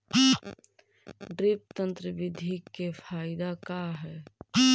Drip तन्त्र बिधि के फायदा का है?